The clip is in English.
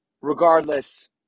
regardless